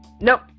Nope